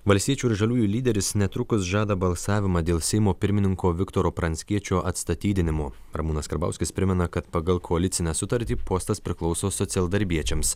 valstiečių ir žaliųjų lyderis netrukus žada balsavimą dėl seimo pirmininko viktoro pranckiečio atstatydinimo ramūnas karbauskis primena kad pagal koalicinę sutartį postas priklauso socialdarbiečiams